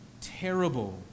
terrible